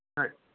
ਹਾਂ